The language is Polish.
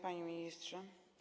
Panie Ministrze!